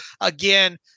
again